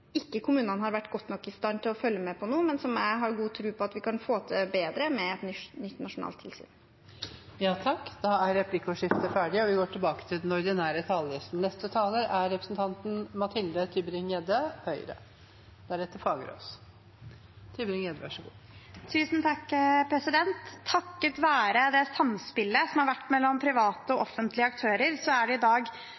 kommunene ikke har vært godt nok i stand til å følge med på, men som jeg har god tro på at vi kan få bedre til med et nytt nasjonalt tilsyn. Replikkordskiftet er omme. De talere som heretter får ordet, har også en taletid på 3 minutter. Takket være det samspillet som har vært mellom private og offentlige aktører, er det i dag full barnehagedekning, og de private barnehagene, ikke bare de enkeltstående ideelle, men også barnehagekjedene, har bidratt til innovasjon og